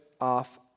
off